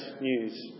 news